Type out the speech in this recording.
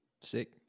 sick